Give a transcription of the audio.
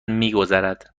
میگذرد